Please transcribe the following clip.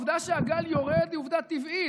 העובדה שהגל יורד היא עובדה טבעית,